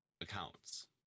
accounts